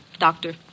Doctor